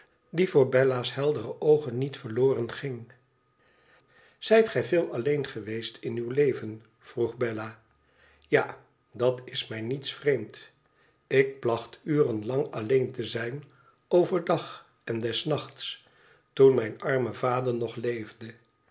die voor bella's heldere oogen niet verloren ging tzijt gij veel alleen geweest in uw leven vroeg bella tja dat is mij niets vreemds ik placht uren lang alleen te zijn over dag en des nachts toen mijn arme vader nog leefde